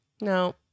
No